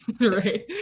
Right